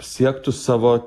siektų savo